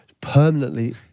Permanently